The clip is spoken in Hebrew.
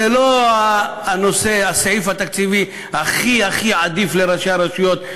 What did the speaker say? זה לא הסעיף התקציבי הכי הכי עדיף לראשי הרשויות,